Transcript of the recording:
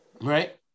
Right